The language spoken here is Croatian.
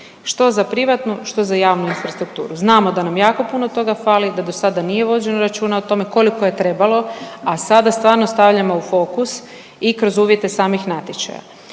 što za privatnu, što za javnu infrastrukturu. Znamo da nam jako puno toga fali, da dosada nije vođeno računa o tome koliko je trebalo, a sada stvarno stavljamo u fokus i kroz uvjete samih natječaja.